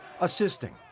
assisting